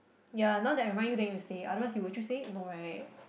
ya now that I remind you then you say otherwise you would you say no right